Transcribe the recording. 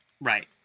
right